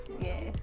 Yes